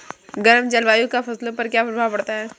गर्म जलवायु का फसलों पर क्या प्रभाव पड़ता है?